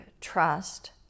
trust